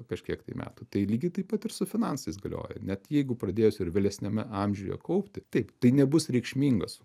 kažkiek tai metų tai lygiai taip pat ir su finansais galioja net jeigu pradėjus ir vėlesniame amžiuje kaupti taip tai nebus reikšmingas